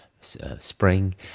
spring